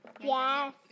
Yes